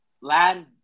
land